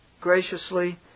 graciously